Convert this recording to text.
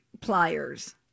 pliers